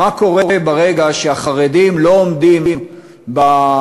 מה קורה ברגע שהחרדים לא עומדים באותן